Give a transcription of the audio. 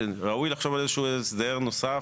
וראוי לחשוב על איזשהו הסדר נוסף,